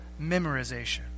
memorization